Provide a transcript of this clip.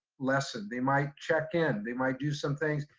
lesson. they might check in, they might do some things.